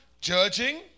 judging